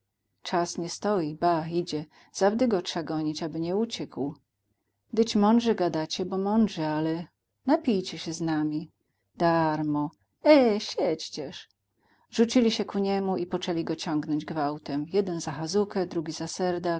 czas nie stoi ba idzie zawdy go trza gonić aby nie uciekł dyć mądrze gadacie bo mądrze ale napijcie się z nami darmo e siądźcież rzucili się ku niemu i poczęli go ciągnąć gwałtem jeden za chazukę drugi